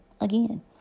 Again